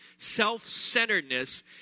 Self-centeredness